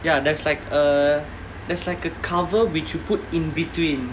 ya there's like a that's like a cover which you put in between